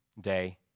day